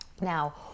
Now